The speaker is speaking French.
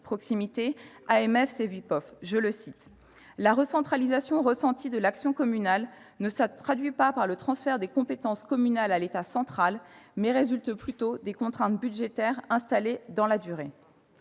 proximité AMF-CEVIPOF :« la recentralisation ressentie de l'action communale ne se traduit pas par le transfert de compétences communales à l'État central, mais résulte plutôt des contraintes budgétaires installées dans la durée ».